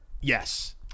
yes